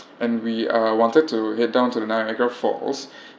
and we uh wanted to head down to the niagara falls